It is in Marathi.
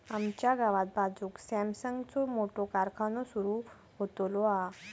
आमच्या गावाच्या बाजूक सॅमसंगचो मोठो कारखानो सुरु होतलो हा